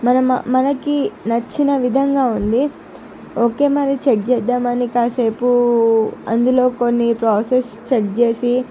మన మ మనకి నచ్చిన విధంగా ఉంది ఓకే మరి చెక్ చేద్దాం అని కాసేపు అందులో కొన్ని ప్రాసెస్ చేసి